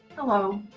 hello.